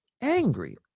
angry